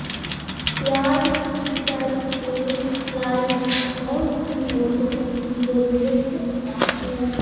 प्याज की सिंचाई के लाइट कौन सी मोटर की जरूरत है?